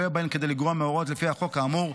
ולא היה בהן כדי לגרוע מההוראות לפי החוק האמור,